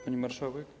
Pani marszałek?